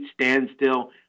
standstill